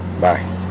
Bye